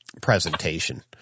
presentation